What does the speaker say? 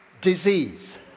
disease